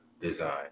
design